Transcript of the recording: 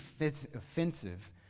offensive